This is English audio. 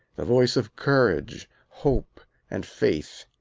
the voice of courage, hope and faith.